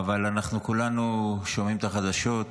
אבל אנחנו כולנו שומעים את החדשות,